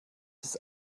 ist